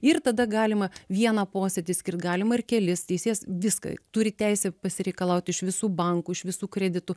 ir tada galima vieną posėdį skirt galima ir kelis teisėjas viską turi teisę pasireikalaut iš visų bankų iš visų kreditų